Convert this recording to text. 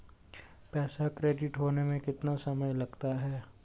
पैसा क्रेडिट होने में कितना समय लगता है?